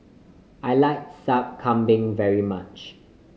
I like Sup Kambing very much